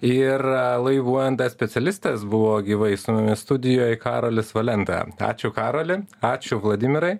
ir laivuojant specialistas buvo gyvai su mumis studijoj karolis valenta ačiū karoli ačiū vladimirai